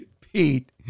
Pete